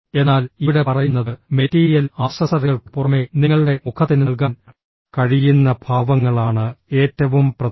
എന്നാൽ ഇവിടെ പറയുന്നത് മെറ്റീരിയൽ ആക്സസറികൾക്ക് പുറമെ നിങ്ങളുടെ മുഖത്തിന് നൽകാൻ കഴിയുന്ന ഭാവങ്ങളാണ് ഏറ്റവും പ്രധാനം